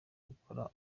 gukora